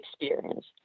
experience